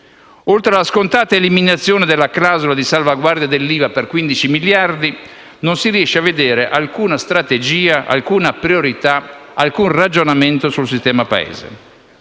Oltre alla scontata eliminazione della clausola di salvaguardia sull'IVA per 15 miliardi, non si riesce a vedere alcuna strategia, alcuna priorità, alcun ragionamento sul sistema Paese.